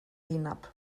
hinab